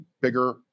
bigger